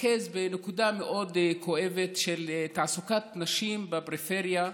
ולהתרכז בנקודה מאוד כואבת של תעסוקת נשים בפריפריה.